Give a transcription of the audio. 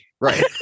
right